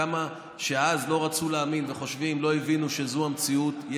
כמה שאז לא רצו להאמין ולא הבינו שזו המציאות.